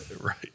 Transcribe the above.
right